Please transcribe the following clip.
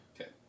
Okay